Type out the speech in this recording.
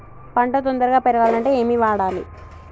పంట తొందరగా పెరగాలంటే ఏమి వాడాలి?